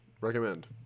Recommend